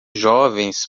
jovens